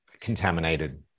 contaminated